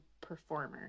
performer